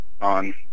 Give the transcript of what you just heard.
on